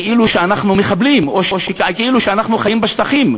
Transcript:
כאילו שאנחנו מחבלים או כאילו שאנחנו חיים בשטחים.